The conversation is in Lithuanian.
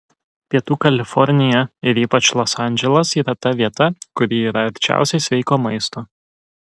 pietų kalifornija ir ypač los andželas yra ta vieta kuri yra arčiausiai sveiko maisto